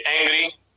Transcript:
angry